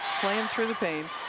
playing through the pain.